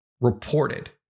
reported